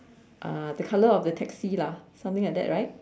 uh the colour of the taxi lah something like that right